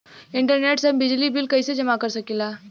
Internet से हम बिजली बिल कइसे जमा कर सकी ला?